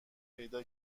پیدا